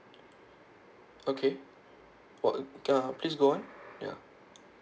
okay ya please go on ya